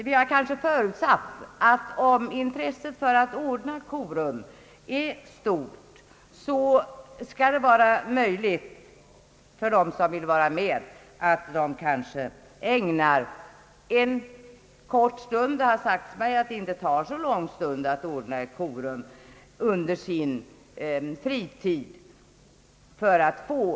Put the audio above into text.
Vi har förutsatt att om det finns ett stort intresse för korum torde det vara möjligt för dem som önskar vara med därom att anordna korum under sin fritid — det har sagts att det inte tar lång tid att ordna en sådan gemensam högtid. Vi respekterar inom utskottet till fullo varje önskan att hålla korum.